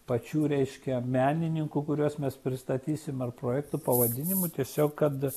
pačių reiškia menininkų kuriuos mes pristatysim ar projekto pavadinimų tiesiog kad